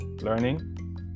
Learning